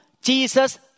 Jesus